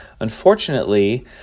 unfortunately